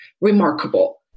remarkable